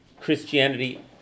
Christianity